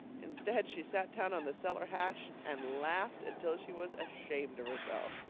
instead, she sat down on the cellar hatch and laughed until she was ashamed of herself.